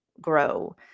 grow